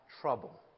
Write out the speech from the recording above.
trouble